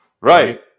right